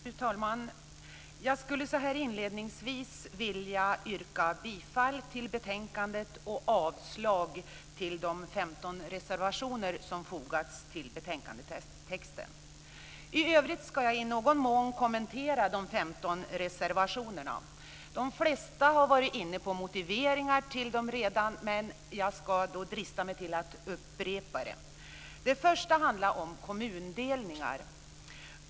Fru talman! Jag skulle så här inledningsvis vilja yrka bifall till hemställan och avslag på de 15 reservationer som har fogats till betänkandet. I övrigt ska jag i någon mån kommentera de femton reservationerna. De flesta har varit inne på motiveringar till dem redan, men jag ska drista mig till att upprepa dem. Den första handlar om kommundelningar.